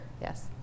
Yes